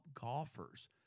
golfers